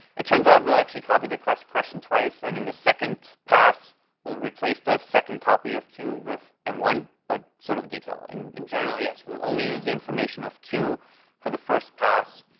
it turns out we'll actually copy the question question twice and in the second pass we'll replace the second copy of q with m one but sort of a detail. but and in general, yes, we'll only use the information of q for the first pass.